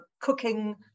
cooking